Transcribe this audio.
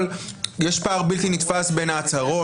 אבל יש פער בלתי נתפס בין ההצהרות,